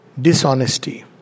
Dishonesty